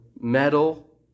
Metal